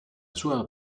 sua